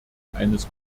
eines